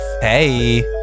Hey